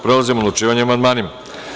Prelazimo na odlučivanje o amandmanima.